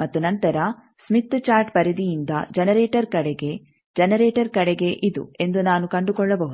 ಮತ್ತು ನಂತರ Smith chart ಪರಿಧಿಯಿಂದ ಜನರೇಟರ್ ಕಡೆಗೆ ಜನರೇಟರ್ ಕಡೆಗೆ ಇದು ಎಂದು ನಾನು ಕಂಡುಕೊಳ್ಳಬಹುದು